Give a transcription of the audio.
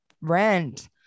rent